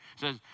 says